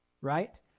right